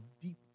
deep